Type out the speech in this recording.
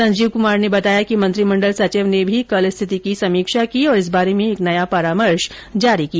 संजीवा कुमार ने बताया कि मंत्रिमंडल सचिव ने भी कल स्थिति की समीक्षा की और इस बारे में एक नया परामर्श जारी किया